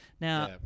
now